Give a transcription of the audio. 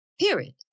Period